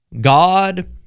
God